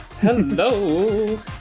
Hello